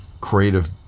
creative